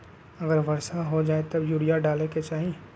अगर वर्षा हो जाए तब यूरिया डाले के चाहि?